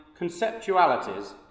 conceptualities